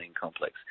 complex